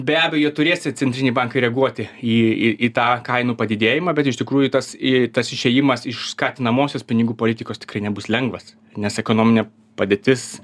be abejo turės ir centriniai bankai reaguoti į į į tą kainų padidėjimą bet iš tikrųjų tas į tas išėjimas iš skatinamosios pinigų politikos tikrai nebus lengvas nes ekonominė padėtis